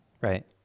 Right